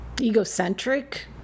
egocentric